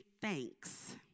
thanks